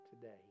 today